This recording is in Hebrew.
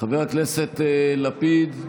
חבר הכנסת לפיד,